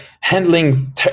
handling